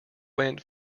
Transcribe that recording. went